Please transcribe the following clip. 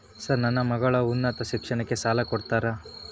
Sir ನನ್ನ ಮಗಳ ಉನ್ನತ ಶಿಕ್ಷಣಕ್ಕೆ ಸಾಲ ಕೊಡುತ್ತೇರಾ?